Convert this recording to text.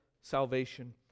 salvation